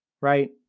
Right